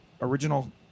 original